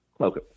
Okay